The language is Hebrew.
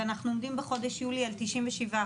אנחנו עומדים בחודש יולי על 97%,